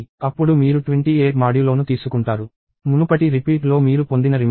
అప్పుడు మీరు 28 మాడ్యులోను తీసుకుంటారు మునుపటి రిపీట్ లో మీరు పొందిన రిమైండర్